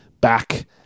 back